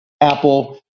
Apple